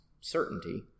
certainty